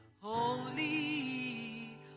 holy